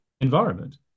environment